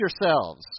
yourselves